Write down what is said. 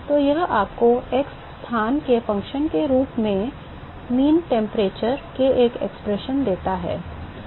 तो यह आपको x स्थान के function के रूप में माध्य तापमान के लिए व्यंजक देता है